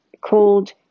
called